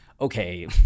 Okay